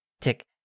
tick